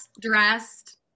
dressed